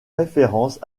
référence